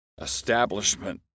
establishment